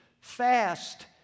Fast